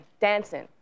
dancing